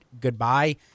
goodbye